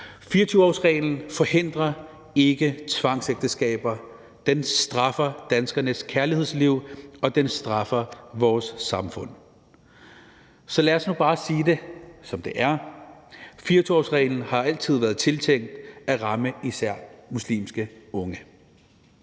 24-årsreglen forhindrer ikke tvangsægteskaber, den straffer danskernes kærlighedsliv, og den straffer vores samfund. Så lad os nu bare sige det, som det er: 24-årsreglen har altid været tiltænkt at ramme især muslimske unge.